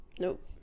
nope